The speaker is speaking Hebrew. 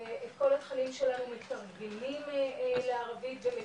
את כל התכנים שלנו מתרגמים לערבית ומפיצים,